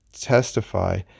testify